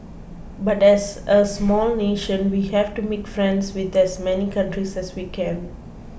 but as a small nation we have to make friends with as many countries as we can